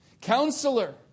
Counselor